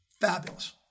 fabulous